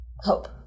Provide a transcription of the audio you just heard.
hope